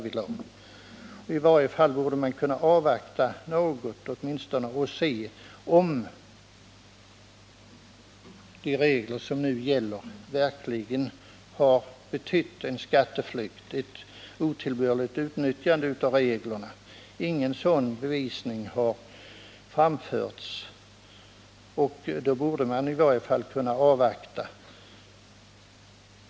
Man borde åtminstone kunna vänta något och se om de regler som nu gäller verkligen har utnyttjats otillbörligt och alltså inneburit en möjlighet till skatteflykt. Ingen sådan bevisning har anförts, och då borde man i varje fall kunna avvakta.